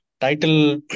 Title